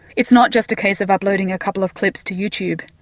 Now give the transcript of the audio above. it's not just a case of uploading a couple of clips to youtube.